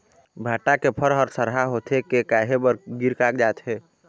भांटा के फर हर सरहा होथे के काहे बर गिर कागजात हे?